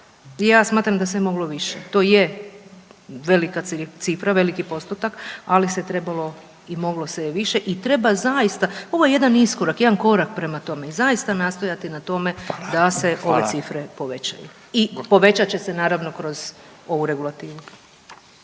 ja smatram da se je moglo više. To je velika cifra, veliki postotak, ali se trebalo i moglo se je više. I treba zaista, ovo je jedan iskorak, jedan korak prema tome zaista nastojati na tome da se …/Upadica: Hvala./… da se ove cifre povećaju i povećat će se naravno kroz ovu regulativu.